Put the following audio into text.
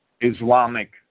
Islamic